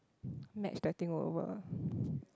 match the thing over